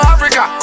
Africa